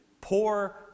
poor